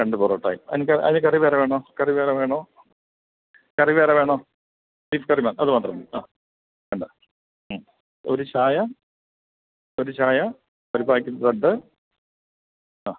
രണ്ട് പൊറാട്ടായും എനിക്ക് അതിന് കറി വേറെ വേണോ കറി വേറെ വേണോ കറി വേറെ വേണോ ബീഫ് കറി മതി അതുമാത്രം മതി ആ വേണ്ട ഉം ഒരു ചായ ഒരു ചായ ഒരു പാക്കറ്റ് ബ്രഡ് ആ